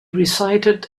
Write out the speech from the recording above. recited